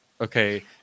okay